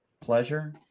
pleasure